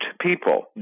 people